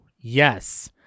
yes